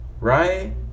right